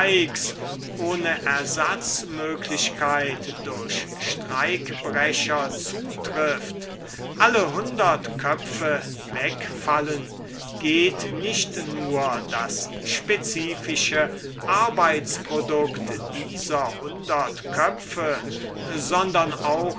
ohne ersatzmöglichkeit durch streikbrecher zutrifft alle hundert köpfe wegfallen geht nicht nur das spezifische arbeitsprodukt dieser hundert köpfe sondern auch